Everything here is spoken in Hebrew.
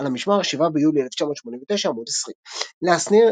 על המשמר, 7 ביולי 1989, עמ' 20. לאה שניר.